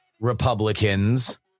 Republicans